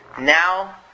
Now